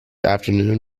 afternoon